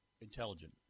intelligent